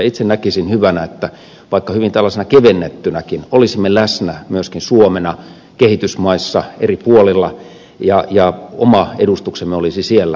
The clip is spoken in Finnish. itse näkisin hyvänä että vaikka hyvin tällaisena kevennettynäkin olisimme läsnä myöskin suomena kehitysmaissa eri puolilla ja oma edustuksemme olisi siellä